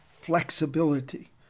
flexibility